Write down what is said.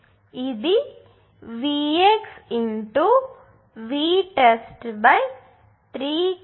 ఇది Vx Vtest 3 కిలోΩ 2 కిలోΩ ఇది Vtest 2 3